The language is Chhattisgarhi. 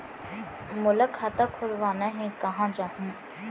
मोला खाता खोलवाना हे, कहाँ जाहूँ?